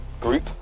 group